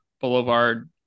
Boulevard